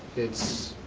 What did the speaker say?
it's,